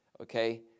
okay